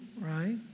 right